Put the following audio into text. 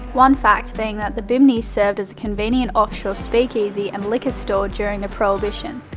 one fact being that the bimini's served as a convenient off shore speak easy and liquor store during the prohibition.